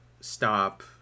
stop